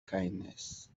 kindness